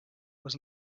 was